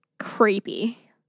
Creepy